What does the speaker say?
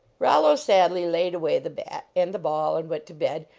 rollo sadly laid away the bat and the ball and went to bed,